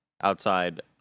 outside